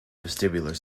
vestibular